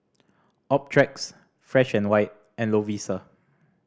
Optrex Fresh and White and Lovisa